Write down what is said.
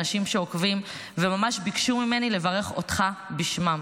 אנשים שעוקבים וממש ביקשו ממני לברך אותך בשמם,